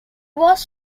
was